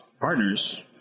partners